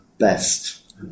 Best